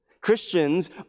Christians